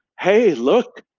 hey, look!